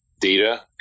data